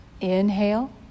Inhale